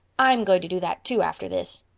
i m going to do that, too, after this.